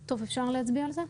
טוב, אפשר להציע על זה?